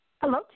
Hello